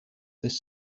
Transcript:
this